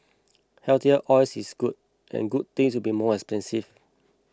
healthier oil is good and good things will be more expensive